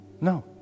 No